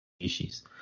species